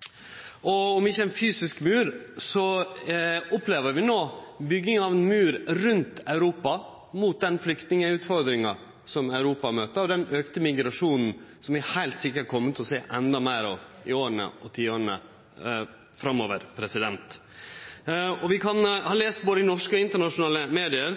der. Om ikkje ein fysisk mur, så opplever vi nå bygging av ein mur rundt Europa – mot den utfordringa med flyktningar som Europa møter, og mot den auka migrasjonen som vi heilt sikkert kjem til å sjå enda meir av i åra og tiåra framover. Vi kan ha lese både i norske og internasjonale media